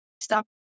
stop